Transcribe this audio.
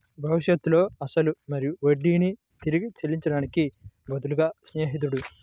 భవిష్యత్తులో అసలు మరియు వడ్డీని తిరిగి చెల్లించడానికి బదులుగా స్నేహితుడు